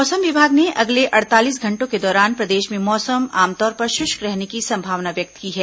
मौसम विभाग ने अगले अडतालीस घंटों के दौरान प्रदेश में मौसम आमतौर पर शृष्क रहने की संभावना व्यक्त की है